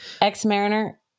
Ex-Mariner